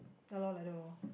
ya lor like that lor